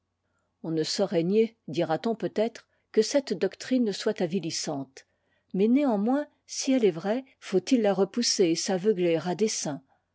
on ne saurait nier dira t pn peut-être que cette doctrine ne soit avilissante mais néanmoins si elle est vraie faut-il la repousser et s'aveugler à dessein